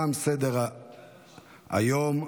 תם סדר-היום.